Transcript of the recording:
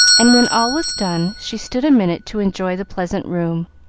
and, when all was done, she stood a minute to enjoy the pleasant room,